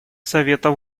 совета